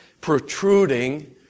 protruding